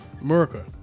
America